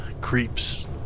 creeps